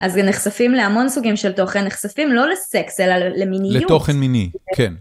אז הם נחשפים להמון סוגים של תוכן, נחשפים לא לסקס, אלא למיניות. לתוכן מיני, כן.